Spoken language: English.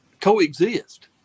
coexist